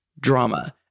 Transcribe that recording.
drama